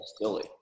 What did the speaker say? silly